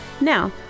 Now